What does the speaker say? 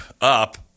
up